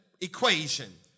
equation